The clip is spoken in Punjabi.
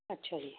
ਅੱਛਾ ਜੀ